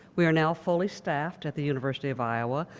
we are now fully staffed at the university of iowa.